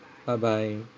bye bye